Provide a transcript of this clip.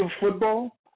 football